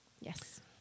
Yes